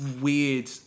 weird